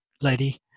lady